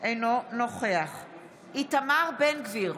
אינו נוכח איתמר בן גביר,